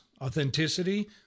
authenticity